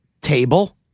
Table